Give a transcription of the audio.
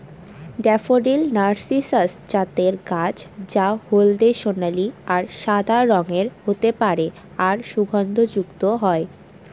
daffodil narcissus জাতের গাছ যা হলদে সোনালী আর সাদা রঙের হতে পারে আর সুগন্ধযুক্ত হয়